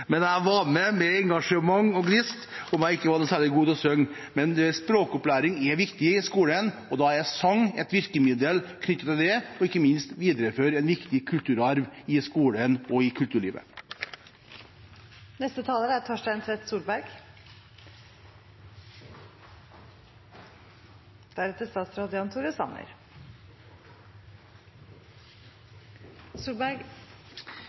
var med – med engasjement og gnist – selv om jeg ikke var noe særlig god til å synge. Språkopplæring er viktig i skolen. Sang er et viktig virkemiddel knyttet til det, og ikke minst viderefører det en viktig kulturarv i skolen og i